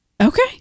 Okay